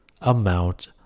amount